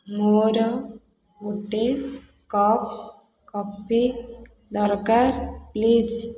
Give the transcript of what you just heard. ମୋର ଗୋଟେ cup coffee ଦରକାର ପ୍ଲିଜ୍